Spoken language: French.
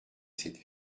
cette